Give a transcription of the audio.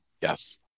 Yes